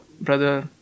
brother